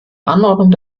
anordnung